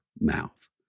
mouth